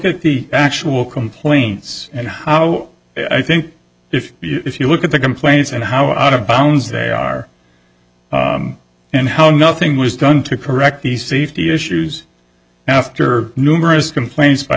at the actual complaints and how i think if you look at the complaints and how out of bounds they are and how nothing was done to correct the c v t issues after numerous complaints by